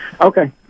okay